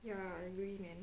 ya agree man